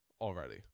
already